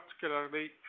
particularly